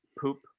poop